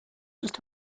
just